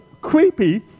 creepy